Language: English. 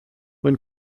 when